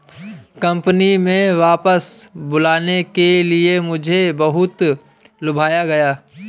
company में वापस बुलाने के लिए मुझे बहुत लुभाया गया